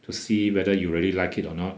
to see whether you really like it or not